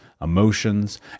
emotions